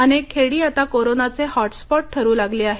अनेक खेडी आता कोरोनाचे हॉटस्पॉट ठरू लागली आहेत